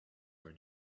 her